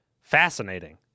fascinating